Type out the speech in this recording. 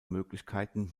möglichkeiten